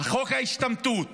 חוק ההשתמטות